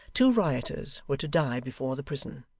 two rioters were to die before the prison,